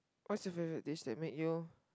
what's your favourite dish that made you